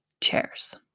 chairs